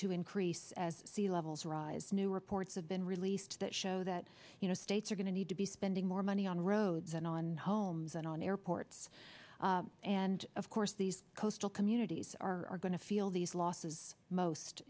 to increase as sea levels rise new reports have been released that show that you know states are going to need to be spending more money on roads and on homes and on airports and of course these coastal communities are going to feel these losses most